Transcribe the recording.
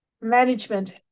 management